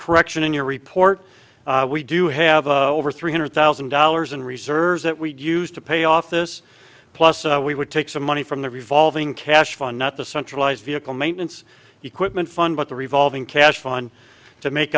correction in your report we do have over three hundred thousand dollars in reserves that we used to pay off this plus we would take some money from the revolving cash fund not the centralized vehicle maintenance equipment fund but the revolving cash fun to make